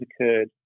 occurred